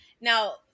Now